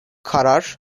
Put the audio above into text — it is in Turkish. karar